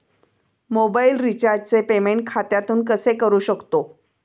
Mobile रिचार्जचे payment खात्यातून कसे करू शकतो?